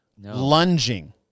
Lunging